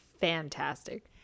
fantastic